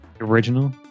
original